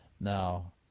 Now